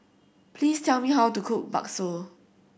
please tell me how to cook Bakso